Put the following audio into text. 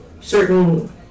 certain